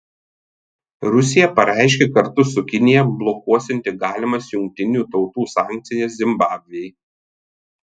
rusija pareiškė kartu su kinija blokuosianti galimas jungtinių tautų sankcijas zimbabvei